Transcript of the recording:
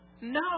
No